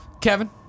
Kevin